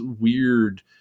weird